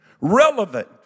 Relevant